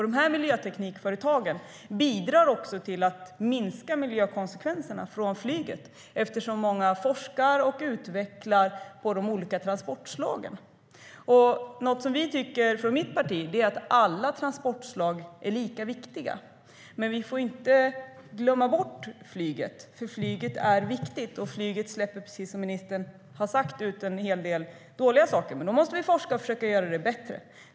Dessa miljöteknikföretag bidrar till att minska miljökonsekvenserna från flyget eftersom det sker forskning och utveckling inom de olika transportslagen i många av dessa företag. I mitt parti anser vi att alla transportslag är lika viktiga. Men vi får inte glömma bort flyget eftersom flyget är viktigt. Precis som ministern har sagt släpper flyget ut en hel del dåliga saker. Men då måste vi forska och försöka göra det bättre.